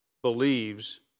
believes